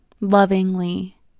lovingly